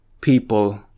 people